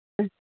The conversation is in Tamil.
ம்